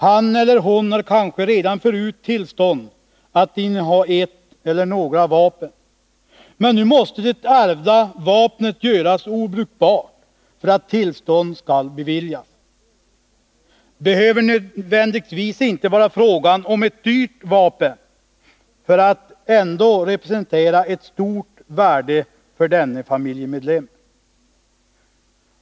Han eller hon har kanske redan förut tillstånd att inneha ett eller flera vapen, men nu måste det ärvda vapnet göras obrukbart för att tillstånd skall beviljas. Det behöver inte nödvändigtvis vara fråga om ett dyrt vapen för att det ändå skall representera ett stort värde för familjemedlemmen.